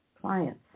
clients